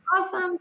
Awesome